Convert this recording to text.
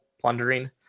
plundering